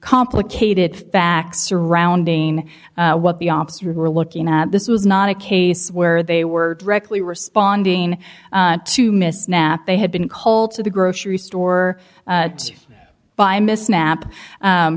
complicated facts surrounding what the officers were looking at this was not a case where they were directly responding to miss knapp they had been coal to the grocery store by miss knap